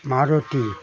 Maruti